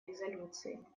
резолюции